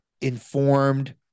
informed